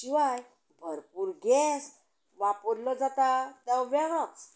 शिवाय भरपूर गेस वापरलो जाता तो वेगळोच